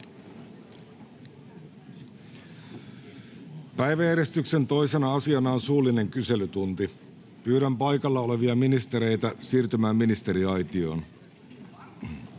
Päiväjärjestyksen 2. asiana on suullinen kyselytunti. Pyydän paikalla olevia ministereitä siirtymään ministeriaitioon.